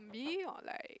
~bi or like